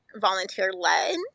volunteer-led